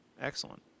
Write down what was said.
excellent